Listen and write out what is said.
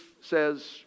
says